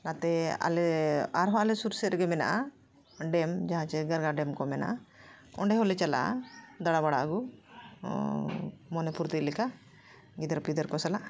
ᱱᱟᱛᱮ ᱟᱞᱮ ᱟᱨᱦᱚᱸ ᱟᱞᱮ ᱥᱩᱨᱥᱮᱫ ᱨᱮᱜᱮ ᱢᱮᱱᱟᱜᱼᱟ ᱰᱮᱢ ᱡᱟᱦᱟᱸᱪᱮ ᱜᱟᱨᱜᱟ ᱰᱮᱢ ᱠᱚ ᱢᱮᱱᱟᱜᱼᱟ ᱚᱸᱰᱮ ᱦᱚᱸᱞᱮ ᱪᱟᱞᱟᱜᱼᱟ ᱫᱟᱬᱟ ᱵᱟᱲᱟ ᱟᱹᱜᱩ ᱢᱚᱱᱮ ᱯᱩᱨᱛᱤᱜ ᱞᱮᱠᱟ ᱜᱤᱫᱟᱹᱨ ᱯᱤᱫᱟᱹᱨ ᱠᱚ ᱥᱟᱞᱟᱜ